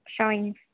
showing